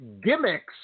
gimmicks